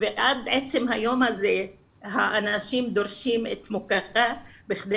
ועד עצם היום הזה האנשים דורשים את 'מוקרה' בכדי